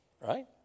right